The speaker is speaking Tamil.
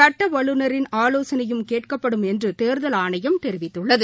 சட்ட வல்லுநரின் ஆலோசனையும் கேட்கப்படும் என்று தேர்தல் ஆணையம் தெரிவித்துள்ளது